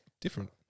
different